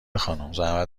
خانومزحمت